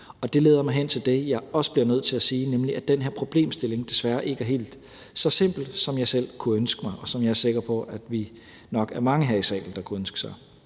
Og det leder mig hen til det, jeg også bliver nødt til at sige, nemlig at den her problemstilling desværre ikke er helt så simpel, som jeg selv kunne ønske mig, og som jeg er sikker på at vi nok er mange her i salen der kunne ønske os.